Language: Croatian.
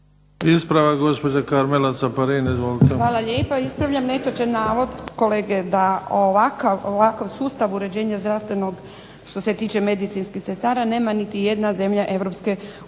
**Caparin, Karmela (HDZ)** Hvala lijepa. Ispravljam netočan navod kolege da ovakav sustav uređenja zdravstvenog što se tiče medicinskih sestara nema niti jedna zemlja